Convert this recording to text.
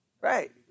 right